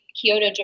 Kyoto